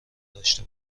داشته